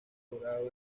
dorado